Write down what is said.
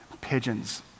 pigeons